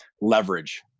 leverage